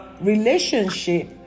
relationship